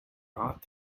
ought